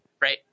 right